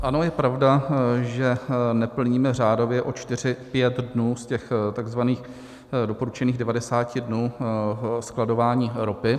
Ano, je pravda, že neplníme řádově o čtyři pět dnů z těch takzvaných doporučených 90 dnů skladování ropy.